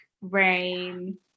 rain